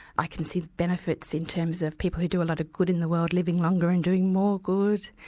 i can see the benefits in terms of people who do a lot of good in the world living longer and doing more good.